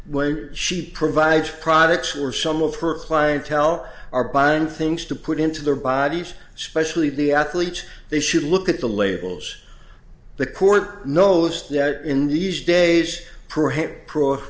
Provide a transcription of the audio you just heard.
or she provides products or some of her clientele are buying things to put into their bodies especially the athletes they should look at the labels the court knows that in these days p